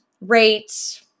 rate